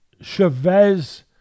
Chavez